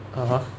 (uh huh)